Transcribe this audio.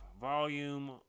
Volume